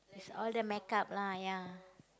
it's all the make-up lah ya